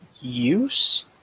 use